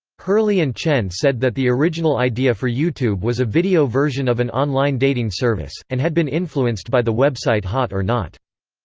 hurley and chen said that the original idea for youtube was a video version of an online dating service, and had been influenced by the website hot or not.